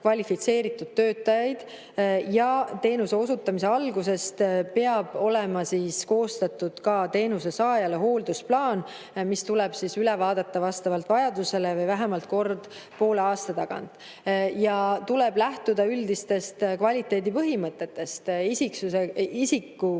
kvalifitseeritud töötajaid. Ja teenuse osutamise algusest peab olema koostatud ka teenuse saajale hooldusplaan, mis tuleb üle vaadata vastavalt vajadusele või vähemalt kord poole aasta tagant. Ja tuleb lähtuda üldistest kvaliteedipõhimõtetest: